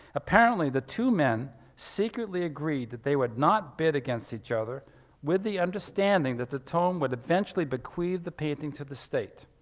apparently, the two men secretly agreed that they would not bid against each other with the understanding that de tombe would eventually bequeathe the painting to the state.